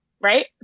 right